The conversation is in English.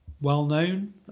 well-known